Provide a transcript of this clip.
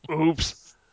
oops